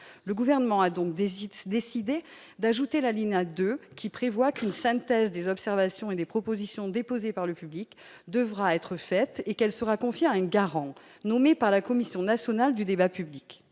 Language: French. le gouvernement a donc décidé décidé d'ajouter l'alinéa 2 qui prévoit que nous synthèse des observations et des propositions déposées par le public devra être faite et qu'elle sera confiée à un garant, nommé par la Commission nationale du débat public,